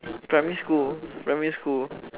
primary school primary school